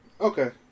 Okay